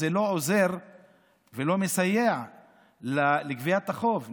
זה לא עוזר ולא מסייע לגביית החוב.